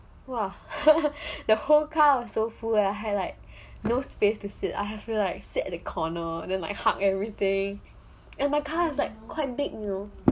!wah! the whole car was so full I had like no space to sit I had to like sit at the corner then like hug everything and my car is like quite big you know